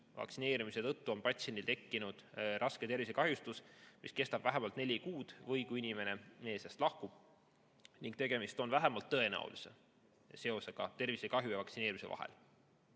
vaktsineerimise tõttu on patsiendil tekkinud raske tervisekahjustus, mis kestab vähemalt neli kuud, või kui inimene meie seast lahkub ning tegemist on vähemalt tõenäolise seosega tervisekahju ja vaktsineerimise vahel.